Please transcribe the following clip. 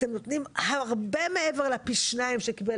אתם נותנים הרבה מעבר לפי שניים שקיבל